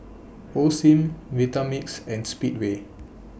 Osim Vitamix and Speedway